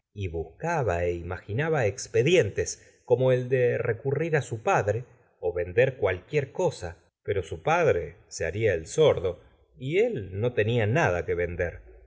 y buscaba é imaginaba expedientes como el de recurrir á su padre vender cualquier eosa pero su padre se baria el sordo y él no tenia nada que vender